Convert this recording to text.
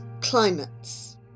climates